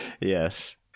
Yes